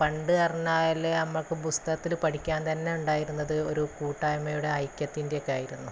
പണ്ട് പറഞ്ഞാൽ നമുക്ക് പുസ്തകത്തിൽ പഠിക്കാൻ തന്നെ ഉണ്ടായിരുന്നത് ഒരു കൂട്ടായ്മയുടെ ഐക്യത്തിൻ്റെ ഒക്കെയായിരുന്നു